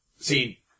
See